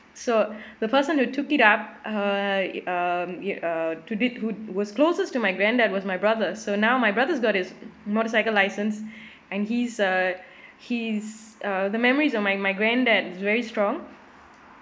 so the person who took it up uh um y~ uh to did who was closes to my granddad was my brother so now my brother's got his motorcycle license and he's uh he's uh the memories of my my granddad is very strong